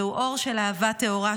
זהו אור של אהבה טהורה,